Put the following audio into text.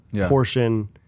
portion